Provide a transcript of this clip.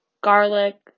garlic